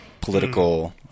political